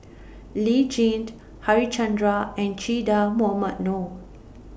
Lee Tjin Harichandra and Che Dah Mohamed Noor